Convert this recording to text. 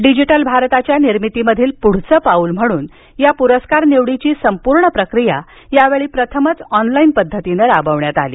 digital भारताच्या निर्मितीमधील पुढचं पाऊल म्हणून या पुरस्कार निवडीची संपूर्ण प्रक्रिया यावेळी प्रथमच ऑनलाइन पद्धतीनं राबविण्यात आली